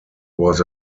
was